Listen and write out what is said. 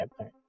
Okay